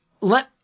let